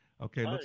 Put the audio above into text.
Okay